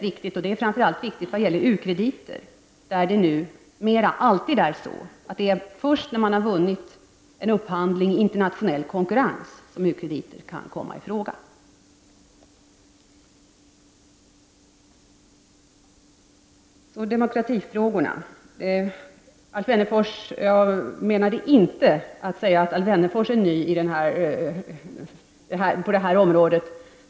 Detta är framför allt viktigt vad gäller u-krediter, där det numera alltid är så att det är först när man har vunnit en upphandling i internationell konkurrens som u-krediter kan komma i fråga. Jag går vidare till demokratifrågorna. Jag menade inte att säga att Alf Wennerfors är ny på det här området.